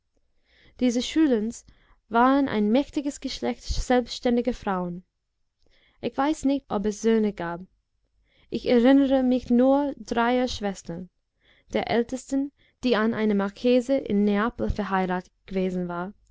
diese schulins waren ein mächtiges geschlecht selbständiger frauen ich weiß nicht ob es söhne gab ich erinnere mich nur dreier schwestern der ältesten die an einen marchese in neapel verheiratet gewesen war